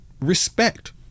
respect